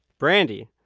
brandi,